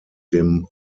dem